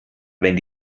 wenn